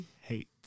hate